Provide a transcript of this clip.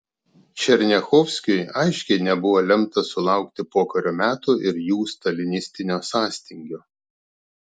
černiachovskiui aiškiai nebuvo lemta sulaukti pokario metų ir jų stalinistinio sąstingio